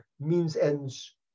means-ends